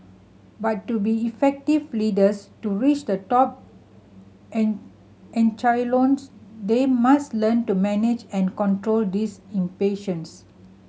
but to be effective leaders to reach the top echelons they must learn to manage and control this impatience